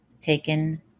Taken